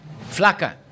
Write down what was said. Flaca